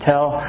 Tell